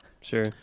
Sure